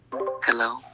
Hello